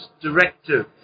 directive